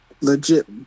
legit